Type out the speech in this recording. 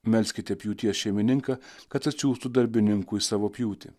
melskite pjūties šeimininką kad atsiųstų darbininkų į savo pjūtį